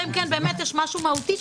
אלא אם כן באמת יש משהו מהותי,